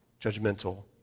Judgmental